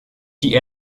die